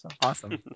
Awesome